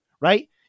right